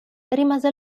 rimase